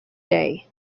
day